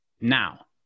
now